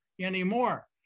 anymore